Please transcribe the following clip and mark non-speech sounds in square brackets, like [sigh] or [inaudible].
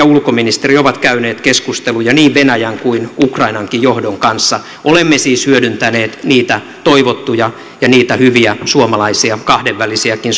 [unintelligible] ulkoministeri ovat käyneet keskusteluja niin venäjän kuin ukrainankin johdon kanssa olemme siis hyödyntäneet niitä toivottuja ja niitä hyviä suomalaisia kahdenvälisiäkin [unintelligible]